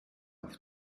auf